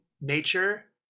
nature